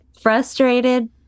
frustrated